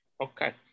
Okay